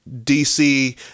DC